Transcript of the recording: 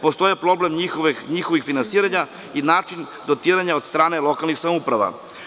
Postojao je problem njihovog finansiranja i način dotiranja od strane lokalnih samouprava.